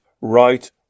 right